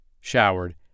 showered